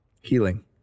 Healing